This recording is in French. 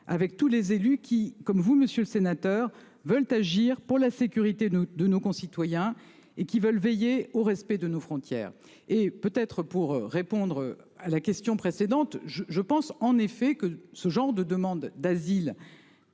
avec tous les élus qui, comme vous, Monsieur le Sénateur veulent agir pour la sécurité de nos, de nos concitoyens et qui veulent veiller au respect de nos frontières et peut être pour répondre à la question précédente, je, je pense en effet que ce genre de demandes d'asile.